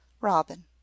robin